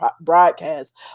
broadcast